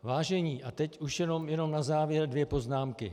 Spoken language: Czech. Vážení, teď už jenom na závěr dvě poznámky.